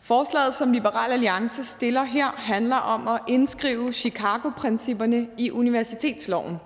Forslaget, som Liberal Alliance har fremsat her, handler om at indskrive Chicagoprincipperne i universitetsloven.